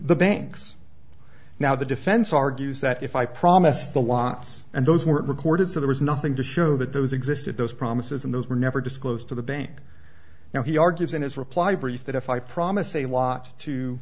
the banks now the defense argues that if i promised the lots and those weren't recorded so there was nothing to show that those existed those promises and those were never disclosed to the bank now he argues in his reply brief that if i promise a lot to